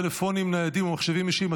טלפונים ניידים ומחשבים אישיים),